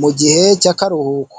mu gihe cy'akaruhuko.